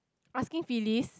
asking Philis